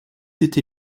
été